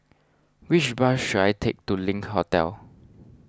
which bus should I take to Link Hotel